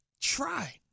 try